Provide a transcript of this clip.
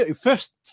first